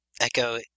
Echo